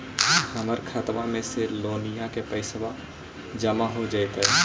हमर खातबा में से लोनिया के पैसा जामा हो जैतय?